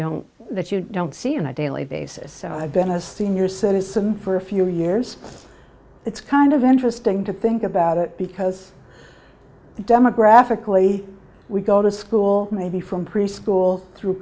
don't that you don't see on a daily basis so i've been a senior citizen for a few years it's kind of interesting to think about it because demographically we go to school maybe from preschool through